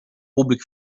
públic